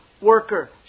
worker